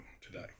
today